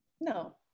No